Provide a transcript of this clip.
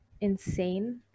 insane